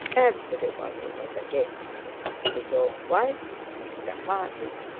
everybody was against him his own wife, mr harding,